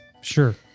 Sure